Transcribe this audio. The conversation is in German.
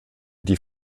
die